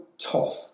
tough